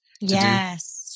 Yes